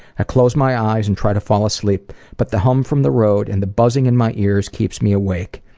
i close my eyes and try to fall asleep, but the hum from the road and the buzzing in my ears keeps me awake.